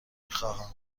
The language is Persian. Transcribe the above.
میخواهتم